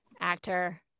actor